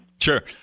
Sure